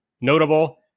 notable